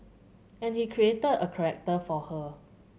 and he created a character for her